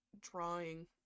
drawing